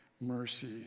mercy